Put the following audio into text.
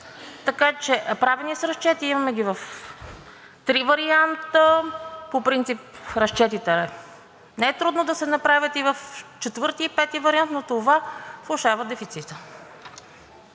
заплата. Правени са разчети, имаме ги в три варианта. По принцип разчетите не е трудно да се направят и в четвърти и пети вариант, но това влошава дефицита.